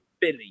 Billy